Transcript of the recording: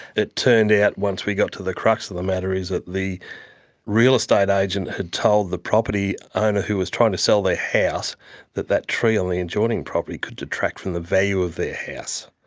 it turned out, once we got the crux of the matter, is that the real estate agent had told the property owner who was trying to sell their house that that tree on the adjoining property could detract from the value of their house.